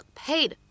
paid